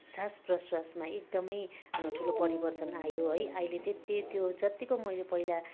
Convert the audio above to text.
सास प्रश्वासमा एकदमै ठुलो परिवर्तन आयो है आहिले त्यति त्यो जतिको मैले पहिला